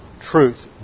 truth